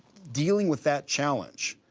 dealing with that challenge,